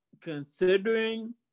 considering